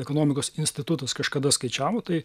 ekonomikos institutas kažkada skaičiavo tai